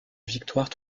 victoire